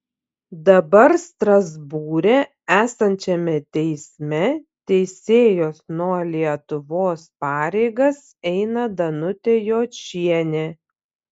dabar strasbūre esančiame teisme teisėjos nuo lietuvos pareigas eina danutė jočienė